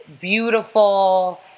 beautiful